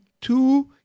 two